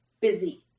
busy